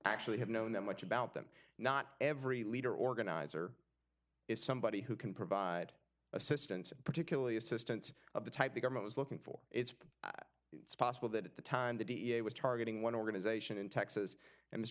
actually have known that much about them not every leader organizer is somebody who can provide assistance particularly assistance of the type the government was looking for it's possible that at the time the da was targeting one organization in texas and